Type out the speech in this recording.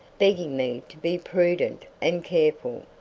begging me to be prudent and careful,